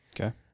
okay